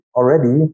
already